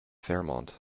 fairmont